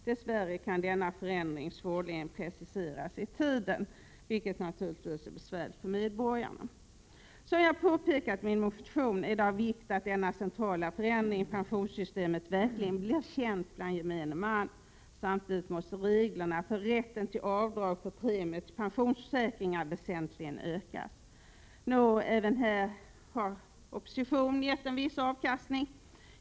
Dess värre kan denna förändring svårligen preciseras i tiden, vilket naturligtvis är besvärligt för medborgarna. Som jag påpekat i min motion är det av vikt att denna centrala förändring i pensionssystemet verkligen blir känd bland gemene man. Samtidigt måste reglerna för rätten till avdrag för premier för pensionsförsäkringar väsentligt ökas. Nå, även här har kanske oppositionen gett en viss avkastning.